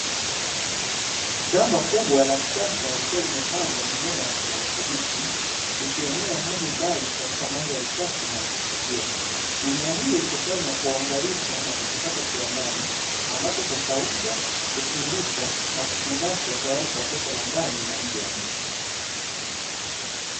Shamba kubwa na la kisasa likiwa limepandwa mimea ya kijani kibichi, ikienea hadi mbali katika mandhari safi na kuvutia. Mimea hukusanywa kwa uangalifu na kuchakatwa kiwandani, ambapo hukaushwa, husindikwa na kufungashwa tayari kwa soko la ndani na nje ya nchi.